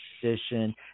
position